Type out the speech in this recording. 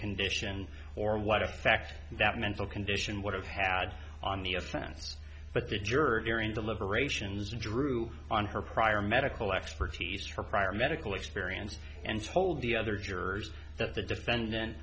condition or what effect that mental condition would have had on the offense but the juror during the liberations drew on her prior medical expertise her prior medical experience and told the other jurors that the defendant